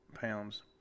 pounds